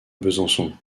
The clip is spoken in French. besançon